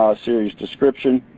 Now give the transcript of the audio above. series description.